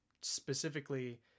specifically